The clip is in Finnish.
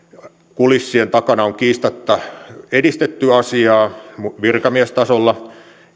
kulissien takana on kiistatta edistetty asiaa virkamiestasolla